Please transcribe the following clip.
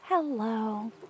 Hello